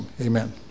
Amen